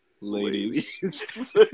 Ladies